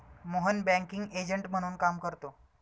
Mohan banking agent म्हणून काम करतो